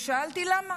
שאלתי: למה?